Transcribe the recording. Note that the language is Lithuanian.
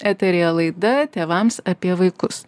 eteryje laida tėvams apie vaikus